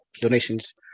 donations